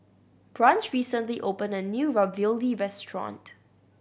Branch recently opened a new Ravioli restaurant